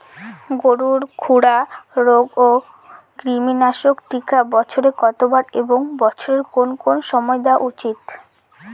গরুর খুরা রোগ ও কৃমিনাশক টিকা বছরে কতবার এবং বছরের কোন কোন সময় দেওয়া উচিৎ?